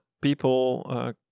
people